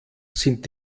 sind